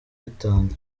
bitanga